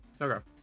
Okay